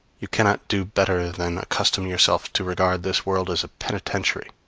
you cannot do better than accustom yourself to regard this world as a penitentiary,